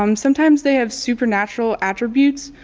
um sometimes they have super natural attributes,